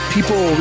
People